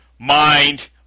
mind